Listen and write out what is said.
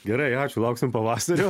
gerai ačiū lauksim pavasario